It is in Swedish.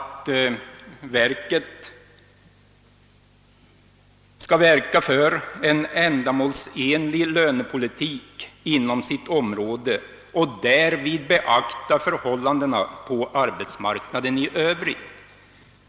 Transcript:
Det heter i den att man skall verka för en ändamålsenlig lönepolitik inom sitt område och därvid beakta förhållandena på arbetsmarknaden i övrigt.